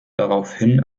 daraufhin